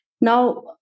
Now